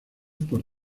por